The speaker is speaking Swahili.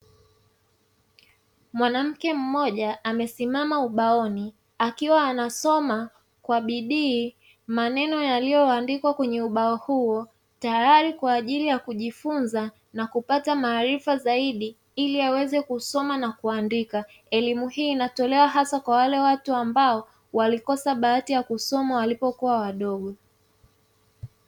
Mwanamke mmoja amesimama ubaoni akiwa anasoma kwa bidii maneno yaliyoandikwa kwenye ubao huo, tayari kwa ajili ya kujifunza na kupata maarifa zaidi ili aweze kusoma na kuandika. Elimu hii inatolewa hasa kwa wale watu ambao walikosa bahati ya kusoma walipokuwa wadogo.